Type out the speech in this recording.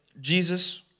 Jesus